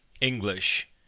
English